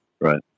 Right